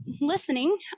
listening